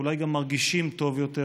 ואולי גם מרגישים טוב יותר,